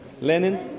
Lenin